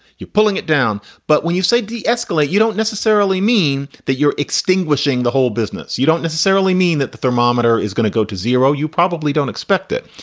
you're pulling it down. but when you say de-escalate, you don't necessarily mean that you're extinguishing the whole business. you don't necessarily mean that the thermometer is going to go to zero. you probably don't expect it.